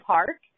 Park